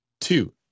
two